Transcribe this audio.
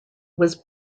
was